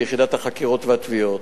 ביחידת החקירות והתביעות.